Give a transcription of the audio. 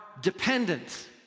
dependent